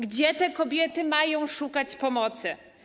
Gdzie te kobiety mają szukać pomocy?